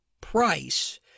Price